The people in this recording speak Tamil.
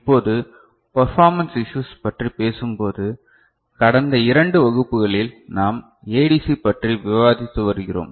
இப்போது பர்ஃபாமென்ஸ் இஸ்யூஸ் பற்றி பேசும்போது கடந்த இரண்டு வகுப்புகளில் நாம் ஏடிசி பற்றி விவாதித்து வருகிறோம்